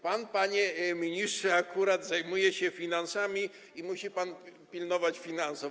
Pan, panie ministrze, akurat zajmuje się finansami i musi pan pilnować finansów.